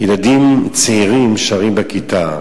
ילדים צעירים שרים בכיתה: